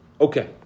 Okay